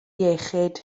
iechyd